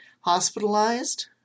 hospitalized